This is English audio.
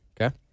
Okay